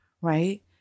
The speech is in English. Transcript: right